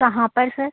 कहाँ पर सर